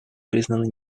признаны